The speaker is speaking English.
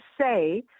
say